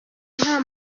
nta